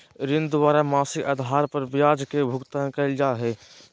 ऋणी द्वारा मासिक आधार पर ब्याज के भुगतान कइल जा हइ